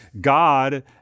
God